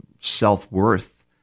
self-worth